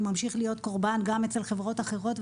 הוא ממשיך להיות קורבן גם אצל חברות אחרות.